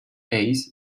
eyes